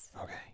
okay